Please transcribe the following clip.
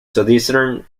southeastern